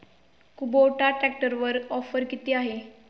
Kubota ट्रॅक्टरवर offer किती आहे?